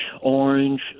orange